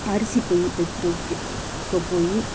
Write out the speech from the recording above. அரிசிப்பை தைக்கிறதுக்கு இப்போ போய்